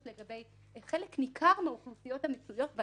לגבי חלק ניכר מהאוכלוסיות המצויות בה,